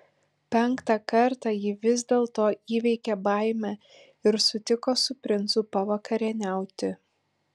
penktą kartą ji vis dėlto įveikė baimę ir sutiko su princu pavakarieniauti